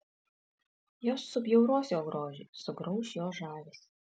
jos subjauros jo grožį sugrauš jo žavesį